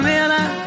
Miller